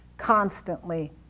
Constantly